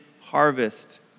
harvest